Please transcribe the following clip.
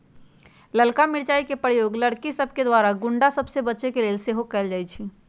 ललका मिरचाइ के प्रयोग लड़कि सभके द्वारा गुण्डा सभ से बचे के लेल सेहो कएल जाइ छइ